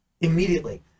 Immediately